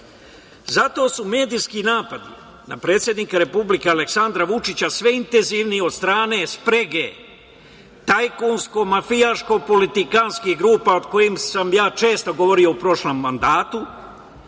su medijski napadi na predsednika Republike Srbije, Aleksandra Vučića sve intenzivniji od strane sprege tajkunsko mafijaško politikanskih grupa o kojim sam ja često govorio u prošlom mandatu,